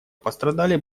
пострадали